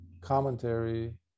commentary